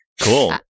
cool